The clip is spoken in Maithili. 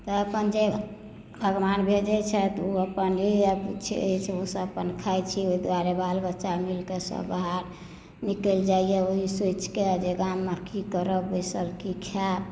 तऽ अपन जाहि भगवान भेजैत छथि ओ अपन ओसभ अपन खाइत छी ओहि दुआरे बाल बच्चा मिल कऽ सभ बाहर निकलि जाइए ओही सोचिके जे गाममे की करब बैसल की खायब